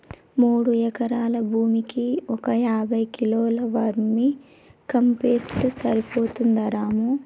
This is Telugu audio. ఈ మూడు ఎకరాల భూమికి ఒక యాభై కిలోల వర్మీ కంపోస్ట్ సరిపోతుందా రాము